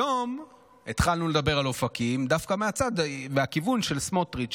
היום התחלנו לדבר על אופקים דווקא מהכיוון של סמוטריץ'.